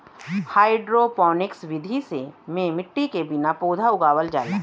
hydroponics विधि में मट्टी के बिना पौधा उगावल जाला